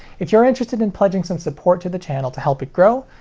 if you're interested in pledging some support to the channel to help it grow,